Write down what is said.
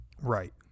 Right